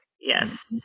Yes